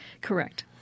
Correct